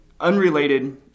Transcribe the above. unrelated